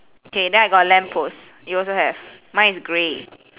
K then I got a lamp post you also have mine is grey